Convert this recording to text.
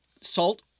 salt